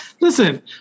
listen